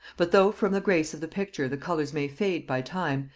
but though from the grace of the picture the colors may fade by time,